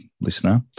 listener